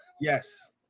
Yes